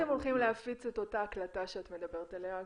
איך אתם הולכים להפיץ את אותה הקלטה שאת מדברת עליה?